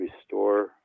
restore